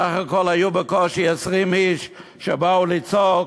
בסך הכול היו בקושי 20 איש שבאו לצעוק,